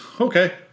Okay